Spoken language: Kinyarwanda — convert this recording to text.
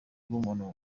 bw’ubuntu